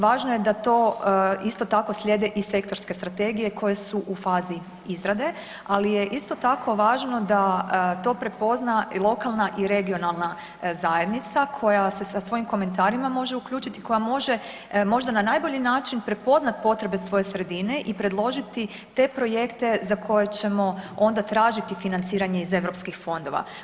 Važno je da to isto tako slijede i sektorske strategije koje su u fazi izrade, ali je isto tako važno da to prepozna lokalna i regionalna zajednica koja se sa svojim komentarima može uključiti, koja može možda na najbolji način prepoznati potrebe svoje sredine i predložiti te projekte za koje ćemo onda tražiti financiranje iz europskih fondova.